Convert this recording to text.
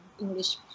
English